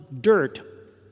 dirt